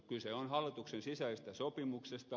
kyse on hallituksen sisäisestä sopimuksesta